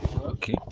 okay